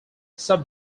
sub